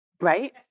Right